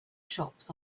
shops